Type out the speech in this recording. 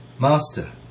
Master